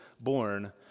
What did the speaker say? born